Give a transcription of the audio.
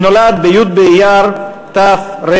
שנולד בי' באייר תר"ך,